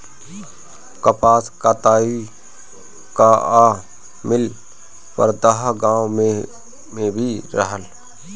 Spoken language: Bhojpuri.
कपास कताई कअ मिल परदहा गाँव में भी रहल